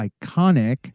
iconic